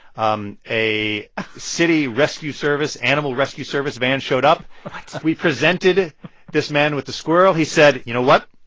um a city rescue service animal rescue service van showed up what? we presented this man with the squirrel. he said, you know what?